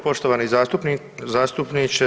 Poštovani zastupniče.